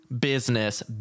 business